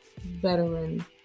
veteran